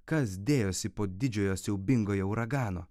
kas dėjosi po didžiojo siaubingojo uragano